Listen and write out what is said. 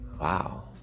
Wow